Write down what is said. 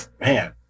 man